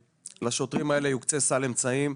לשוטרים האלה יוקצה סל אמצעים,